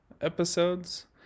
episodes